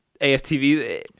AFTV